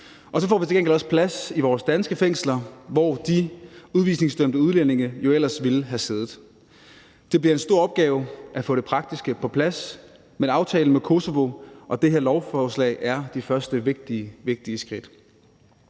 Så får vi til gengæld plads i vores danske fængsler, hvor de udvisningsdømte udlændinge jo ellers ville have siddet. Det bliver en stor opgave at få det praktiske på plads, men aftalen med Kosovo og det her lovforslag er de første vigtige skridt.